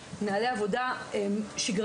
ואין נהלי עבודה שגרתיים,